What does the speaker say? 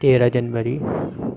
तेरह जनवरी